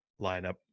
Lineup